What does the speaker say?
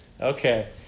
Okay